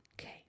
Okay